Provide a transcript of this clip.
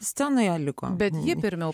scenoje liko bet ji pirmiau